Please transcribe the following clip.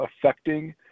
affecting